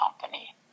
company